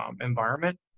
environment